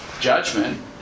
judgment